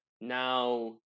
Now